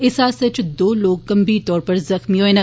इस हादसे च दो लोक गंभीर तौर उप्पर जख्मी होए न